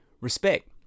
Respect